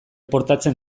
portatzen